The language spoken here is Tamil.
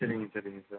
சரிங்க சரிங்க சார்